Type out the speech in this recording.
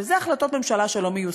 וזה החלטות ממשלה שלא מיושמות.